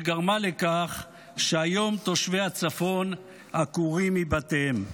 וגרמה לכך שהיום תושבי הצפון עקורים מבתיהם.